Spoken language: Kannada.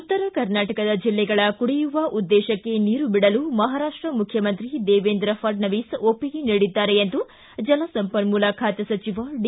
ಉತ್ತರ ಕರ್ನಾಟಕದ ಜಿಲ್ಲೆಗಳ ಕುಡಿಯುವ ಉದ್ದೇಶಕ್ಕೆ ನೀರು ಬಿಡಲು ಮಹಾರಾಷ್ಷ ಮುಖ್ಯಮಂತ್ರಿ ದೇವೇಂದ್ರ ಫಡ್ನವೀಸ್ ಒಪ್ಪಿಗೆ ನೀಡಿದ್ದಾರೆ ಎಂದು ಜಲ ಸಂಪನ್ನೂಲ ಖಾತೆ ಸಚಿವ ಡಿ